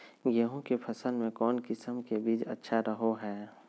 गेहूँ के फसल में कौन किसम के बीज अच्छा रहो हय?